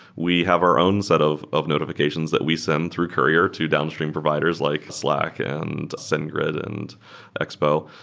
we have our own set of of notifi cations that we send through courier to downstream providers like slack and sendgrid and expo.